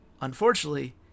Unfortunately